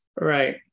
Right